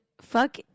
Fuck